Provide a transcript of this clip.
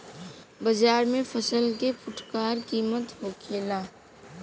बाजार में फसल के फुटकर कीमत का होखेला?